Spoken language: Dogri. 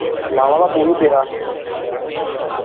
लावा दा फोन बी पेदा